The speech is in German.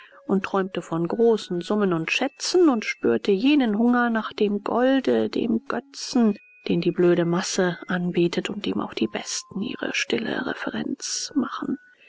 und träumte von großen summen und schätzen und spürte jenen hunger nach dem golde dem götzen den die blöde masse anbetet und dem auch die besten ihre stille reverenz machen